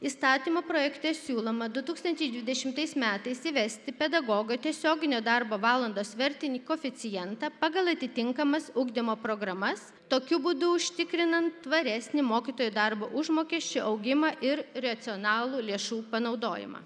įstatymo projekte siūloma du tūkstančiai dvidešimtais metais įvesti pedagogo tiesioginio darbo valandos svertinį koeficientą pagal atitinkamas ugdymo programas tokiu būdu užtikrinant tvaresnį mokytojų darbo užmokesčio augimą ir racionalų lėšų panaudojimą